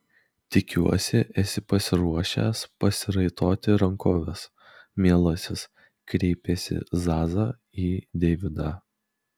tikiuosi esi pasiruošęs pasiraitoti rankoves mielasis kreipėsi zaza į deividą